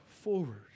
forward